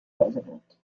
president